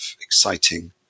exciting